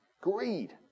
Greed